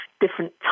different